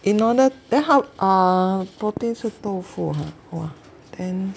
in order then how uh protein 是豆腐啊 !wah! then